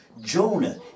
Jonah